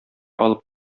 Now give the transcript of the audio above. алып